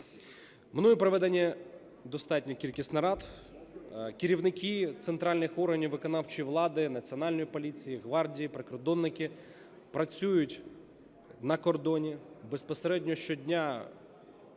Мною проведена достатня кількість нарад. Керівники центральних органів виконавчої влади, Національної поліції, гвардії, прикордонники працюють на кордоні, безпосередньо щодня передивляються,